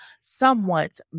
somewhat